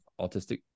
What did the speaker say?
autistic